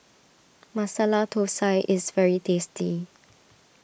Masala Thosai is very tasty